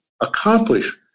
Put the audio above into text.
accomplish